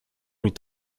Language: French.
est